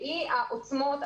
והוא העוצמות,